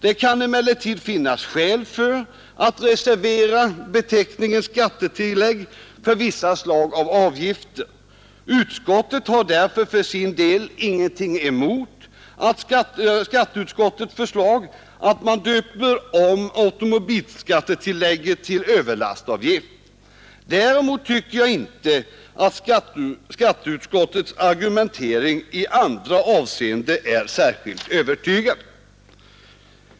Det kan emellertid finnas skäl för att reservera beteckningen skattetillägg för vissa slag av avgifter. Trafikutskottet har därför för sin del ingenting emot skatteutskottets förslag att man döper om automobilskattetillägget till överlastavgift. Däremot tycker jag inte att skatteutskottets argumentering i andra avseenden är särskilt övertygande.